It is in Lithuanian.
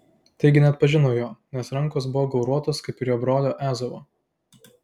taigi neatpažino jo nes rankos buvo gauruotos kaip ir jo brolio ezavo